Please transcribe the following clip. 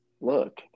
look